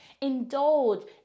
indulge